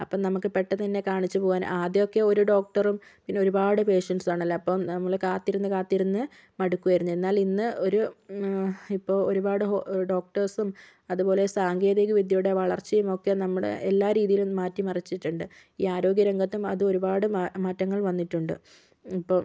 അപ്പം നമുക്ക് പെട്ടന്ന് തന്നെ കാണിച്ച് പോകാൻ ആദ്യമൊക്ക് ഒരു ഡോക്ടറും പിന്നെ ഒരുപാട് പേഷ്യൻ്റസും ആണല്ലോ അപ്പം നമ്മള് കാത്തിരുന്ന് കാത്തിരുന്ന് മടുക്കുമായിരുന്നു എന്നാൽ ഇന്ന് ഒരു ഇപ്പോൾ ഒരുപാട് ഡോക്ടർസും അതുപോലെ സാങ്കേതിക വിദ്യയുടെ വളർച്ചയും ഒക്കെ നമ്മുടെ എല്ലാ രീതിയിലും മാറ്റിമറിച്ചിട്ടുണ്ട് ഈ ആരോഗ്യ രംഗത്തും അതൊരുപാട് മാ മാറ്റങ്ങൾ വന്നിട്ടുണ്ട് ഇപ്പം